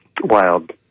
wild